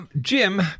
Jim